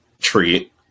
treat